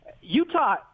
Utah